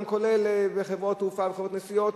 כולל חברות תעופה וחברות נסיעות,